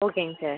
ஓகேங்க சார்